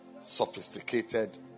sophisticated